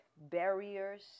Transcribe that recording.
barriers